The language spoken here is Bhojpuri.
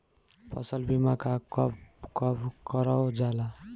फसल बीमा का कब कब करव जाला?